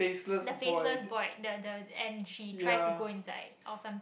the faceless boy the the and she try to go inside or something